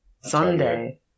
Sunday